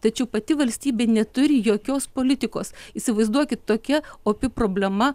tačiau pati valstybė neturi jokios politikos įsivaizduokit tokia opi problema